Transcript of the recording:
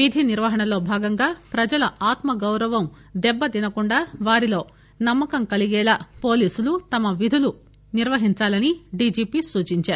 విధి నిర్వహణలో భాగంగా ప్రజల ఆత్మ గౌరవం దెబ్బతినకుండా వారిలో నమ్మకం కలిగేలా పోలీసులు తమ విధులు నిర్వహించాలని డీజీపీ సూచించారు